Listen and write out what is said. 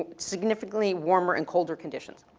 ah significantly warmer and colder conditions.